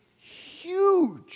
huge